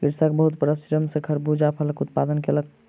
कृषक बहुत परिश्रम सॅ खरबूजा फलक उत्पादन कयलक